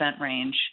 range